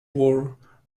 war